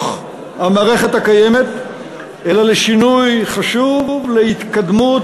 המערכת הקיימת אלא לשינוי חשוב להתקדמות,